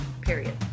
period